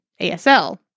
ASL